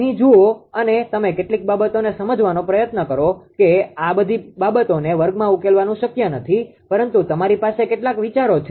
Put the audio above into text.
અહીં જુઓ અને તમે કેટલીક બાબતોને સમજવાનો પ્રયત્ન કરો કે આ બધી બાબતોને વર્ગમાં ઉકેલવાનું શક્ય નથી પરંતુ તમારી પાસે કેટલાક વિચારો છે